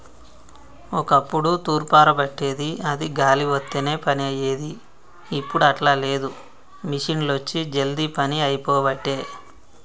ఒక్కప్పుడు తూర్పార బట్టేది అది గాలి వత్తనే పని అయ్యేది, ఇప్పుడు అట్లా లేదు మిషిండ్లొచ్చి జల్దీ పని అయిపోబట్టే